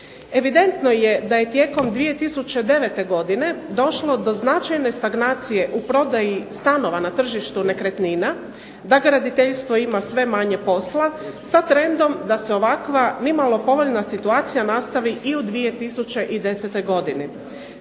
Evidentno je da je tijekom 2009. godine došlo do značajne stagnacije u prodaji stanova na tržištu nekretnina, da graditeljstvo ima sve manje posla sa trendom da se ovakva ni malo povoljna situacija nastavi i u 2010. godini.